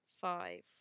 Five